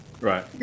Right